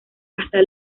hasta